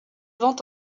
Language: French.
ventes